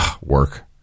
work